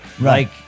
Right